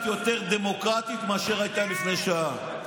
יותר דמוקרטית מאשר הייתה לפני שעה.